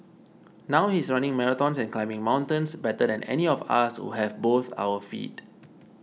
now he's running marathons and climbing mountains better than any of us who have both our feet